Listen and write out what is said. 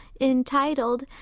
entitled